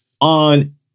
On